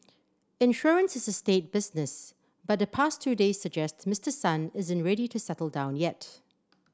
insurance is a staid business but the past two days suggest Mister Son isn't ready to settle down yet